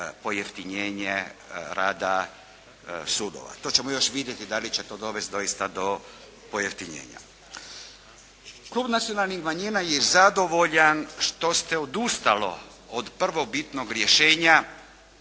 pojeftinjenje rada sudova. To ćemo još vidjeti da li će to dovesti doista do pojeftinjenja. Klub nacionalnih manjina je zadovoljan što se odustalo od prvobitnog rješenja